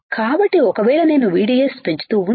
కాబట్టిఒకవేళ నేను VDSపెంచుతూ ఉంటే